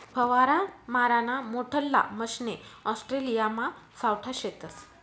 फवारा माराना मोठल्ला मशने ऑस्ट्रेलियामा सावठा शेतस